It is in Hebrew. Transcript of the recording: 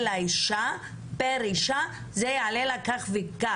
שההעלאה הזאת תעלה לכל אישה כך וכך.